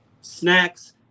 snacks